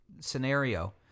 scenario